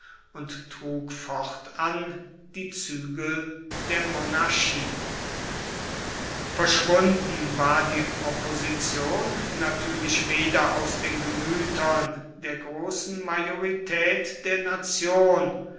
und trug fortan die zügel der monarchie verschwunden war die opposition natürlich weder aus den gemütern der großen majorität der nation